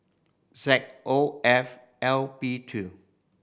Z O F L P two